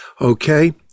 Okay